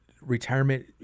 retirement